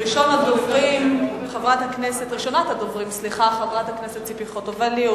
ראשונה תדבר חברת הכנסת ציפי חוטובלי,